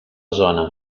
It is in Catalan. zona